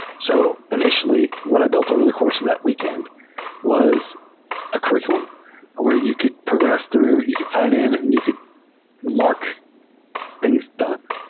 so, in itially, what i built over the course of that weekend was a curr iculum where you could progress through. you could sign in and you could mark things done,